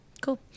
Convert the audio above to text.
Cool